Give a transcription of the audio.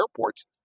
airports